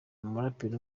umuraperi